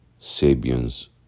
Sabian's